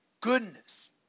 goodness